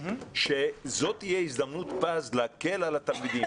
זה שזאת תהיה הזדמנות פז להקל על התלמידים.